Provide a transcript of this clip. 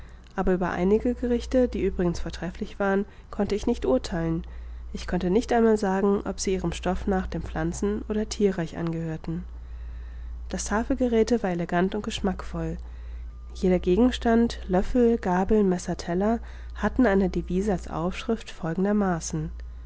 aber über einige gerichte die übrigens vortrefflich waren konnte ich nicht urtheilen ich konnte nicht einmal sagen ob sie ihrem stoff nach dem pflanzen oder thierreich angehörten das tafelgeräthe war elegant und geschmackvoll jeder gegenstand löffel gabel messer teller hatten eine devise als aufschrift folgendermaßen